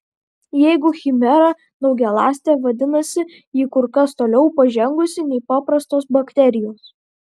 jeigu chimera daugialąstė vadinasi ji kur kas toliau pažengusi nei paprastos bakterijos